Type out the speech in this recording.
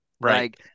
Right